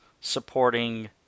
supporting